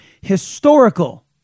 historical